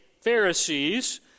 Pharisees